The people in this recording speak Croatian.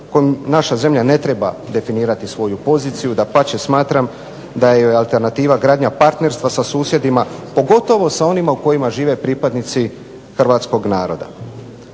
naša zemlja ne treba definirati svoju poziciju. Dapače smatram da je alternativa gradnja partnerstva sa susjedstvima pogotovo sa onima u kojima žive pripadnici Hrvatskog naroda.